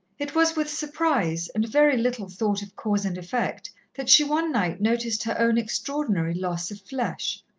it was with surprise, and very little thought of cause and effect, that she one night noticed her own extraordinary loss of flesh.